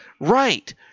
right